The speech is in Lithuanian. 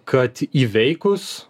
kad įveikus